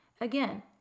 Again